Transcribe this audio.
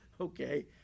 okay